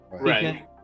Right